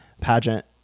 pageant